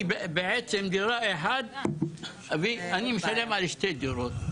בעתם דירה אחת ואני משלם על שתי דירות.